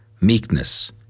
meekness